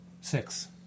Six